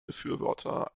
befürworter